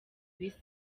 bisa